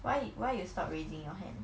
why why you stop raising your hand